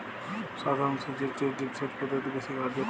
সাধারণ সেচ এর চেয়ে ড্রিপ সেচ পদ্ধতি বেশি কার্যকর